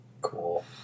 Cool